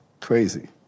crazy